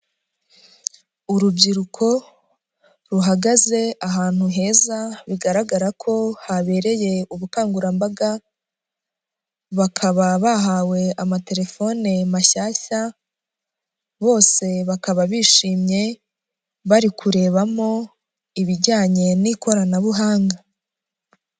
Urubyiruko ruhagaze ahantu heza bigaragara ko habereye ubukangurambaga, bakaba bahawe amatelefone mashyashya, bose bakaba bishimye, bari kurebamo ibijyanye n'ikoranabuhanga.